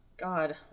God